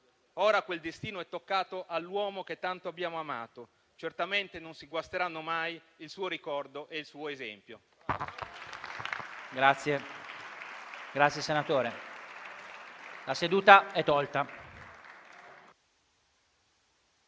Ora quel destino è toccato all'uomo che tanto abbiamo amato. Certamente non si guasteranno mai il suo ricordo e il suo esempio.